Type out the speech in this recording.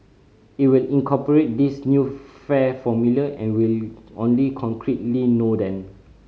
it will incorporate this new fare formula and we only concretely know then